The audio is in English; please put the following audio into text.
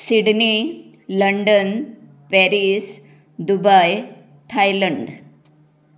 Sydney London Paris Dubai Thailand